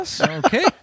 Okay